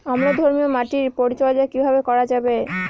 অম্লধর্মীয় মাটির পরিচর্যা কিভাবে করা যাবে?